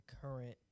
current